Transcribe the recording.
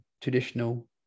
traditional